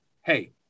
Hey